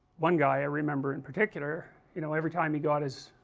one guy i remember in particular, you know every time he got his,